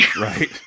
right